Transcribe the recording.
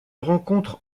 rencontrent